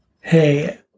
Hey